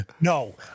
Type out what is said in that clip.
No